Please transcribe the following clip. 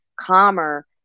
calmer